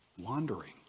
wandering